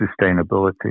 sustainability